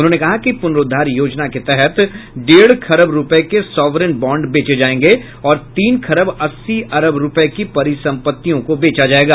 उन्होंने कहा कि पुनरूद्वार योजना के तहत डेढ़ खरब रुपये के सॉवरेन बॉन्ड बेचे जाएंगे और तीन खरब अस्सी अरब रुपये की परिसंपत्तियों को बेचा जाएगा